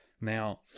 Now